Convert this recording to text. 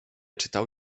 czytał